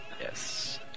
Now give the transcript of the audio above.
Yes